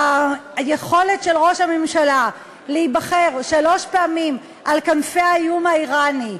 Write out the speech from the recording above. היכולת של ראש הממשלה להיבחר שלוש פעמים על כנפי האיום האיראני,